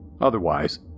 Otherwise